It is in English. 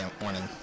morning